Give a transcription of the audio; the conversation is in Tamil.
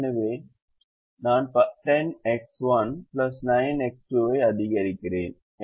எனவே நான் 10X1 9X2 ஐ அதிகரிக்கிறேன்